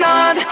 on